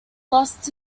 lost